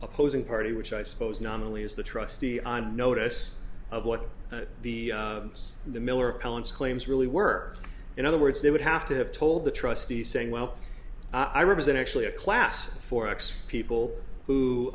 opposing party which i suppose nominally as the trustee i'm notice of what the the miller appellant's claims really work in other words they would have to have told the trustee saying well i represent actually a class for x people who